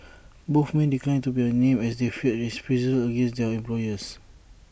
both men declined to be A named as they feared reprisals against their employers